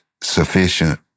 sufficient